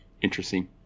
interesting